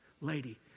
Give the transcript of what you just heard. lady